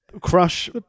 Crush